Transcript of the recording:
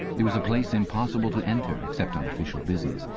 it was a place impossible to enter except on official business,